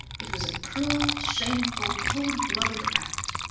it was a cruel, shameful, cold-blooded act!